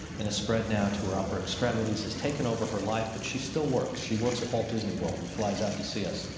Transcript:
and its spread, now, to her upper extremities. it's taken over her life. but she still works. she works at walt disney world and flies out to see us.